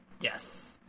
Yes